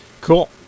Cool